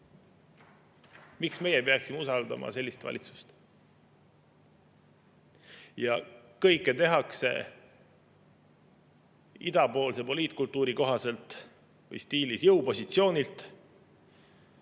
Miks meie peaksime usaldama sellist valitsust? Kõike tehakse idapoolse poliitkultuuri kohaselt või idapoolses stiilis – jõupositsioonilt.